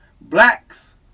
blacks